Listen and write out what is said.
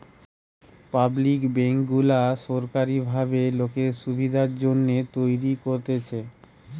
public bank গুলা সোরকারী ভাবে লোকের সুবিধার জন্যে তৈরী করতেছে